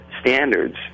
standards